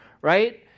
right